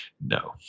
No